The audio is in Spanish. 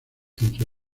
entre